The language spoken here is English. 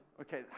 Okay